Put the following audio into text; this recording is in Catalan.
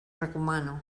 recomano